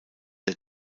der